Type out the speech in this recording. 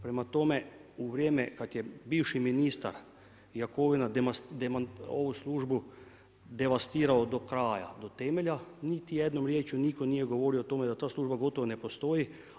Prema tome, u vrijeme kada je bivši ministar Jakovina ovu službu devastirao do kraja, do temelja, niti jednom riječju nitko nije govorio o tome da ta služba gotovo ne postoji.